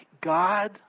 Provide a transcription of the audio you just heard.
God